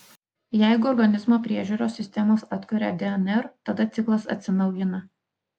jeigu organizmo priežiūros sistemos atkuria dnr tada ciklas atsinaujina